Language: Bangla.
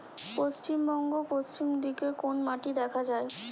পশ্চিমবঙ্গ পশ্চিম দিকে কোন মাটি দেখা যায়?